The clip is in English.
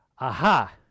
aha